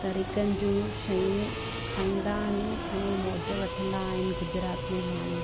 तरीक़नि जूं शयूं खाईंदा आहिनि ऐं मौज वठंदा आहिनि गुजरात में माण्हू